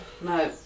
No